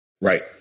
right